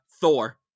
Thor